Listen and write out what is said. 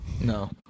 No